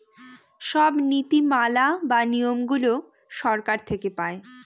সব নীতি মালা বা নিয়মগুলো সরকার থেকে পায়